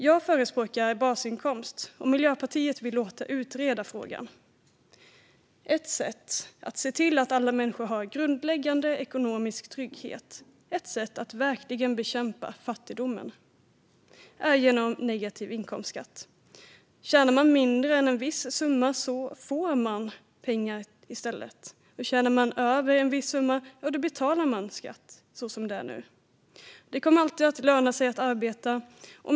Jag förespråkar basinkomst, och Miljöpartiet vill låta utreda frågan. Ett sätt att se till att alla människor har grundläggande ekonomisk trygghet, ett sätt att verkligen bekämpa fattigdom, är negativ inkomstskatt. Tjänar man mindre än en viss summa får man pengar i stället. Tjänar man över en viss summa, ja då betalar man skatt så som det är nu. Det kommer alltid att löna sig att arbeta.